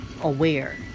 aware